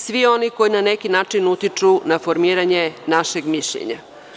Svi oni koji na neki način utiču na formiranje našeg mišljenja.